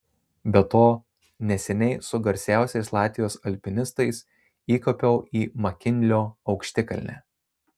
be to neseniai su garsiausiais latvijos alpinistais įkopiau į makinlio aukštikalnę